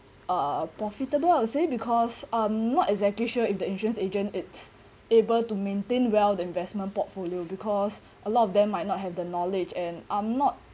uh profitable I would say because um not exactly sure if the insurance agent it's able to maintain well the investment portfolio because a lot of them might not have the knowledge and I'm not